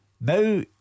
Now